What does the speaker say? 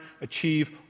achieve